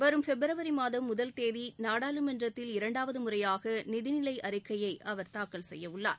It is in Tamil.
வரும் பிப்ரவரி மாதம் முதல் தேதி நாடாளுமன்றத்தில் இரண்டாவது முறையாக நிதிநிலை அறிக்கையை அவர் தாக்கல் செய்யவுள்ளார்